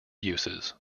uses